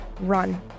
Run